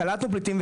קלטנו פליטים,